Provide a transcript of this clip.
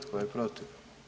Tko je protiv?